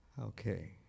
Okay